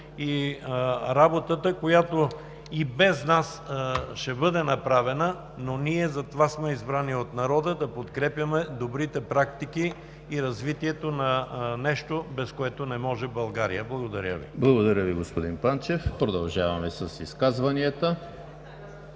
и работата, която и без нас ще бъде направена, но ние затова сме избрани от народа, за да подкрепяме добрите практики и развитието на нещо, без което не може България. Благодаря Ви. ПРЕДСЕДАТЕЛ ЕМИЛ ХРИСТОВ: Благодаря Ви, господин Панчев. Продължаваме с изказванията.